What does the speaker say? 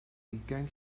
ugain